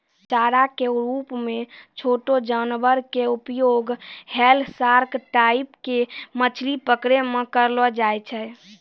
चारा के रूप मॅ छोटो जानवर के उपयोग व्हेल, सार्क टाइप के मछली पकड़ै मॅ करलो जाय छै